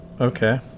Okay